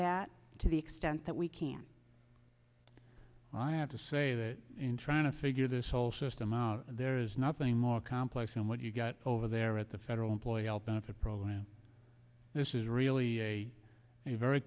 that to the extent that we can i have to say that in trying to figure this whole system out there is nothing more complex than what you've got over there at the federal employee health benefit program this is really a very